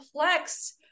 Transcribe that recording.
complex